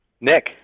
Nick